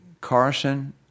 Carson